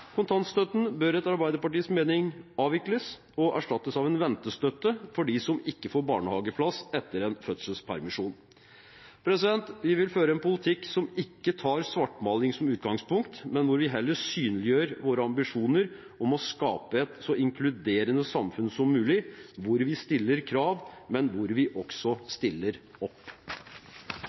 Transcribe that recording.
Kontantstøtten bør etter Arbeiderpartiets mening avvikles og erstattes av en ventestøtte for dem som ikke får barnehageplass etter en fødselspermisjon. Vi vil føre en politikk som ikke har svartmaling som utgangspunkt, men hvor vi heller synliggjør våre ambisjoner om å skape et så inkluderende samfunn som mulig – hvor vi stiller krav, men hvor vi også stiller opp.